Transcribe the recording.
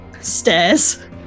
Stairs